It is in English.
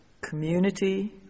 community